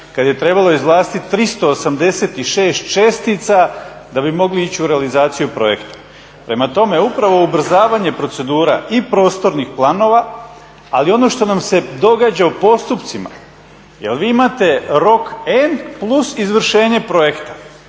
kad je trebalo izglasati 386 čestica da bi mogli ići u realizaciju projekta. Prema tome upravo ubrzavanje procedura i prostornih planova, ali i ono što nam se događa u postupcima jel vi imate rok N plus izvršenje projekta,